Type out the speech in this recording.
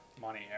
money